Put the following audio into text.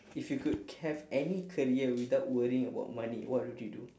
if you could have any career without worrying about money what would you do